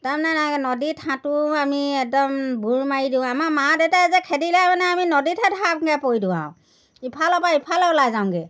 তাৰমানে নাই নদীত সাঁতোৰোঁ আমি একদম বুৰ মাৰি দিওঁ আমাৰ মা দেউতাই যে খেদিলে মানে আমি নদীতহে ধামকৈ পৰি দিওঁ আৰু ইফালৰ পৰা ইফালে ওলাই যাওঁগৈ